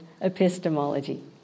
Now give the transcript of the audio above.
Epistemology